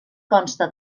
consta